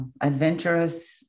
adventurous